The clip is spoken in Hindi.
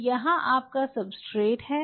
तो यहाँ आपका सब्सट्रेट है